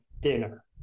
dinner